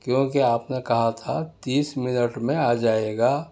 کیونکہ آپ نے کہا تھا تیس منٹ میں آ جائے گا